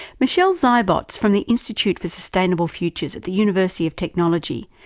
michelle zeibots, from the institute for sustainable futures at the university of technology,